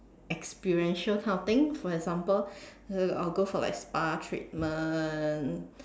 experiential kind of thing for example uh I'll go for like spa treatment